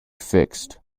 fixed